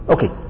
Okay